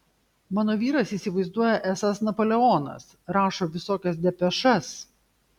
mano vyras įsivaizduoja esąs napoleonas rašo visokias depešas